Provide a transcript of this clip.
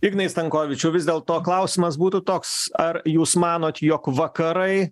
ignai stankovičiau vis dėlto klausimas būtų toks ar jūs manot jog vakarai